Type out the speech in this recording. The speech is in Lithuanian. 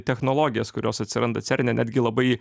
technologijas kurios atsiranda cerne netgi labai